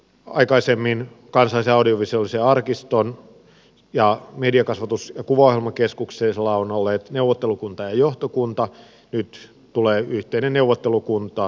aikaisemmin kansallisella audiovisuaalisella arkistolla ja mediakasvatus ja kuvaohjelmakeskuksella on ollut neuvottelukunta ja johtokunta nyt tälle virastolle tulee neuvottelukunta